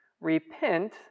repent